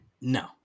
No